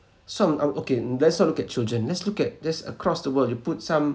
some uh okay let's not look at children let's look at there's across the world you put some